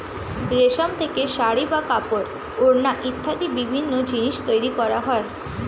রেশম থেকে শাড়ী বা কাপড়, ওড়না ইত্যাদি বিভিন্ন জিনিস তৈরি করা যায়